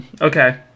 okay